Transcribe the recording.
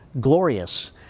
glorious